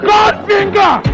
Godfinger